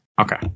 Okay